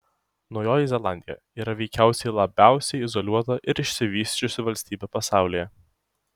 naujoji zelandija yra veikiausiai labiausiai izoliuota ir išsivysčiusi valstybė pasaulyje